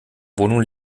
wohnung